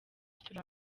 turi